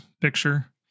picture